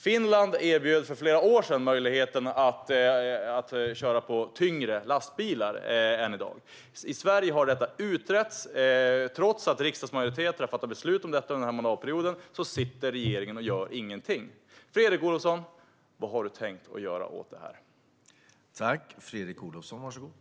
Finland erbjöd för flera år sedan möjligheten att köra med tyngre lastbilar än i dag. I Sverige har detta utretts. Trots att riksdagsmajoriteter har fattat beslut om detta under den här mandatperioden sitter regeringen och gör ingenting. Vad har du tänkt göra åt detta, Fredrik Olovsson?